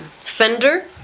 Fender